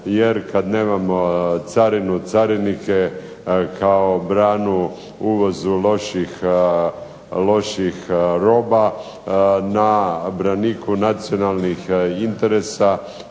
Jer kad nemamo carinu, carinike kao branu uvozu loših roba na braniku nacionalnih interesa